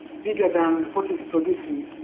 bigger than what is producing,